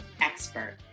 expert